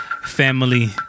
family